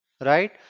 right